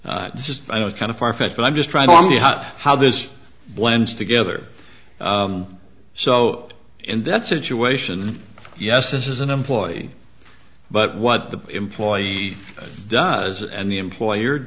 this is kind of farfetched but i'm just trying to hot how this blends together so in that situation yes this is an employee but what the employee does and the employer